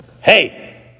Hey